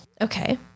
Okay